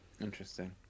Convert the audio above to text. Interesting